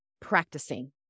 practicing